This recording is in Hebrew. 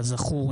כזכור,